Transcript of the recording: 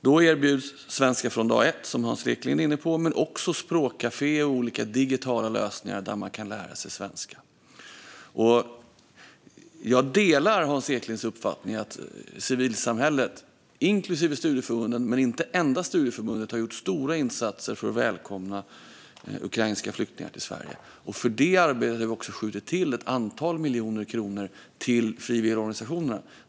Då erbjuds Svenska från dag ett, som Hans Eklind är inne på, men också språkkafé och olika digitala lösningar för att lära sig svenska. Jag delar Hans Eklinds uppfattning att civilsamhället, inklusive studieförbunden men inte endast studieförbunden, har gjort stora insatser för att välkomna ukrainska flyktingar till Sverige. För detta arbete har vi också skjutit till ett antal miljoner kronor till frivilligorganisationerna.